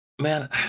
man